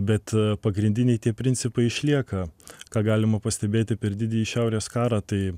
bet pagrindiniai tie principai išlieka ką galima pastebėti per didįjį šiaurės karą tai